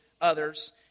others